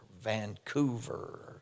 Vancouver